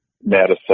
Madison